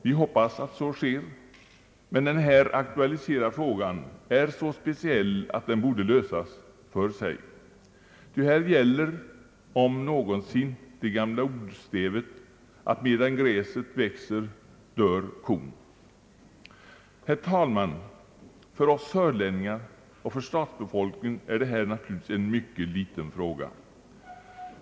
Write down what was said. Vi hoppas att så sker, men den här aktualiserade frågan är så speciell att den borde lösas för sig, ty här gäller — om någonsin — det gamla ordstävet att medan gräset växer dör kon. Herr talman! För oss sörlänningar och för stadsbefolkningen är det här naturligtvis en mycket liten fråga.